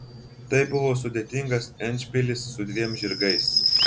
tai buvo sudėtingas endšpilis su dviem žirgais